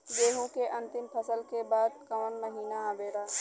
गेहूँ के अंतिम फसल के बाद कवन महीना आवेला?